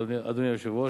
אדוני היושב-ראש,